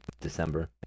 december